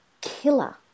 killer